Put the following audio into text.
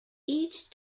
each